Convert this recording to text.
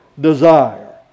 desire